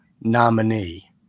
nominee